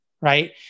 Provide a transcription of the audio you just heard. Right